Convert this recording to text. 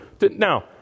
Now